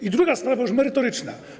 I druga sprawa, już merytoryczna.